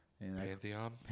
Pantheon